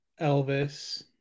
elvis